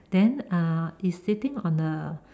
then uh is sitting on a